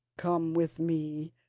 come with me,